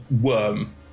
worm